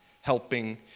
helping